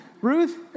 Ruth